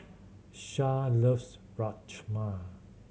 Shad loves Rajma